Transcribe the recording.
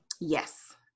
Yes